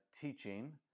teaching